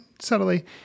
subtly